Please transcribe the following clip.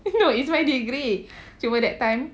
no it's my degree cuma that time